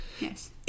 Yes